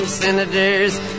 Senators